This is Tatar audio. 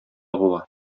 була